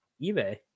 eBay